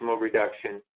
reduction